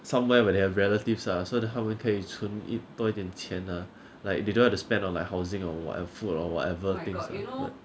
somewhere where they have relatives ah so 他们可以存多一点钱 lah like they don't have to spend on like housing or whate~ food or whatever things ah